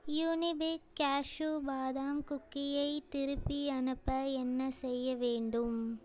Unibic cashew பாதாம் குக்கீயை திருப்பி அனுப்ப என்ன செய்ய வேண்டும்